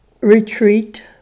retreat